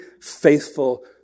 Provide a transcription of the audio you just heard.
faithful